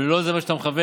ולא לזה אתה מכוון,